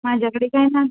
बी कांय ना